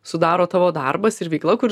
sudaro tavo darbas ir veikla kur